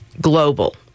global